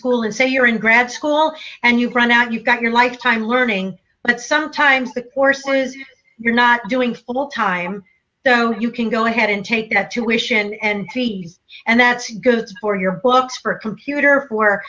school and say you're in grad school and you run out you've got your lifetime learning that sometimes the course is you're not doing full time you can go ahead and take that tuition and fees and that's good for your books for computer